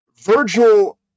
Virgil